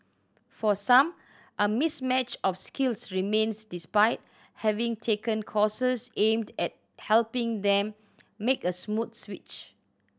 for some a mismatch of skills remains despite having taken courses aimed at helping them make a smooth switch